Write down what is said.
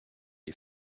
est